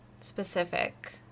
specific